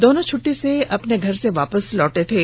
दोनों छट्टी से अपने घर से वापस लौटे थे